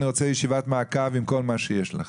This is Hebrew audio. אני רוצה ישיבת מעקב עם כל מה שיש לכם.